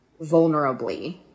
vulnerably